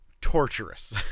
torturous